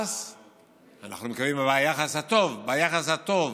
אנחנו מקווים שביחס הטוב, ביחס הטוב